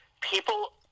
People